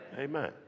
Amen